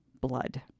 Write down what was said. blood